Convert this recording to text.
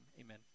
amen